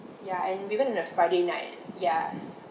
ya and we went on a friday night ya